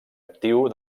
actiu